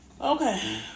Okay